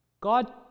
God